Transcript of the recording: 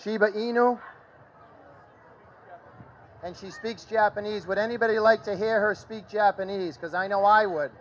she but you know and she speaks japanese would anybody like to hear her speak japanese because i know i would